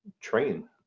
train